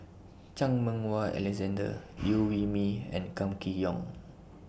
Chan Meng Wah Alexander Liew Wee Mee and Kam Kee Yong